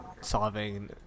solving